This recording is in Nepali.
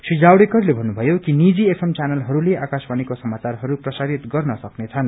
श्री जावडेकरले भन्नुभयो कि निजी एफएम चैनलहयले आकाशवाणीको समाचारहरू प्रसारित गर्न सक्नेछन्